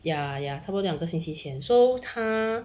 ya ya 差不多两个星期前 so 他